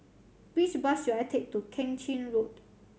which bus should I take to Keng Chin Road